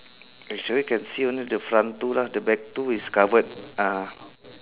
actually can only see the front two lah the back two is covered ah